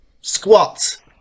Squat